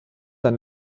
dann